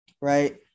right